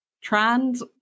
trans